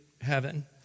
heaven